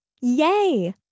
Yay